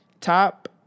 top